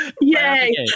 Yay